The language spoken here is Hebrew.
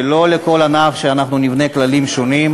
ושלא נבנה לכל ענף כללים שונים.